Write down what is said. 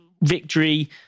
victory